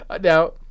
Now